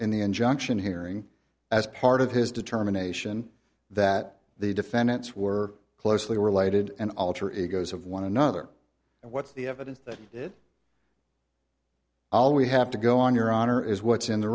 the injunction hearing as part of his determination that the defendants were closely related and alter egos of one another and what's the evidence that it all we have to go on your honor is what's in the